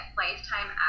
lifetime